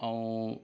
ऐं